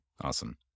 awesome